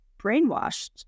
brainwashed